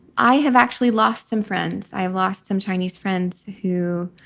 i have actually lost some friends. i have lost some chinese friends who,